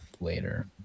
later